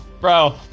Bro